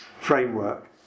framework